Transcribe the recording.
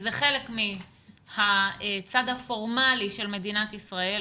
שזה חלק מהצד הפורמלי של מדינת ישראל,